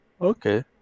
okay